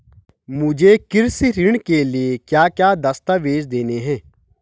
मुझे कृषि ऋण के लिए क्या क्या दस्तावेज़ देने हैं?